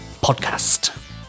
podcast